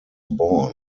born